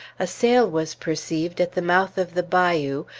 a sail was perceived at the mouth of the bayou,